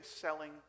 selling